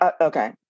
Okay